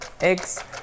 eggs